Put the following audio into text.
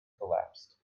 collapsed